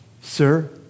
Sir